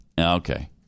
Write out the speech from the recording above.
Okay